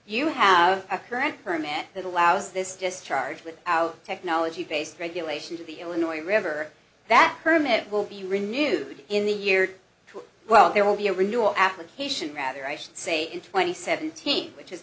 you have a current permit that allows this just charged with out technology based regulation to the illinois river that permit will be renewed in the year two well there will be a renewal application rather i should say in twenty seventeen which is